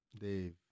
Dave